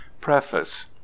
Preface